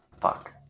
fuck